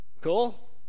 Cool